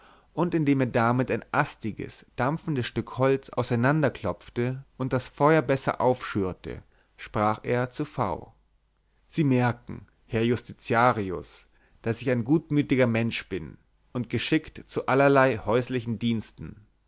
und indem er damit ein astiges dampfendes stück holz auseinander klopfte und das feuer besser aufschürte sprach er zu v sie merken herr justitiarius daß ich ein gutmütiger mensch bin und geschickt zu allerlei häuslichen diensten